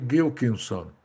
Gilkinson